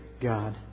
God